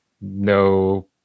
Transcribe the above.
no